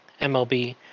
MLB